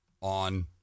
on